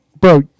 Bro